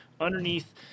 underneath